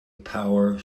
power